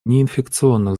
неинфекционных